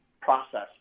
process